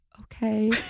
okay